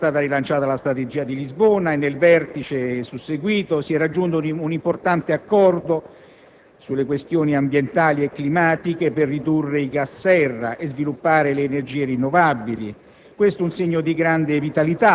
Nel Consiglio dell'8-9 marzo è stata rilanciata la Strategia di Lisbona e nel vertice susseguito si è raggiunto un importante accordo sulle questioni ambientali e climatiche per ridurre i gas serra e sviluppare le energie rinnovabili.